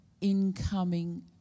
incoming